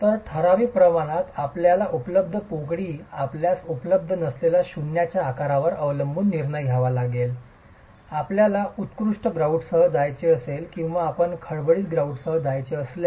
तर ठराविक प्रमाणात आपल्याला उपलब्ध पोकळी आपल्यास उपलब्ध असलेल्या शून्याच्या आकारावर अवलंबून निर्णय घ्यावा लागेल आपल्याला उत्कृष्ट ग्रॉउटसह जायचे असेल किंवा आपण खडबडीत ग्रॉउटसह जायचे असल्यास